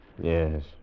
Yes